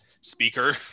speaker